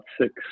six